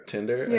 Tinder